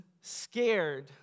scared